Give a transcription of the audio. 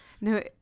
No